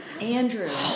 Andrew